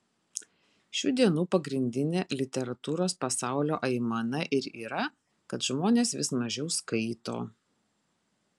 šių dienų pagrindinė literatūros pasaulio aimana ir yra kad žmonės vis mažiau skaito